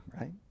right